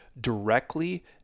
directly